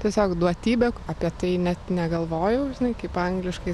tiesiog duotybė apie tai net negalvojau žinai kaip angliškai